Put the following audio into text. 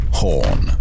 horn